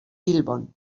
bilbon